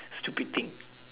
stupid thing